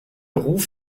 ruf